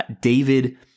David